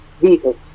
vehicles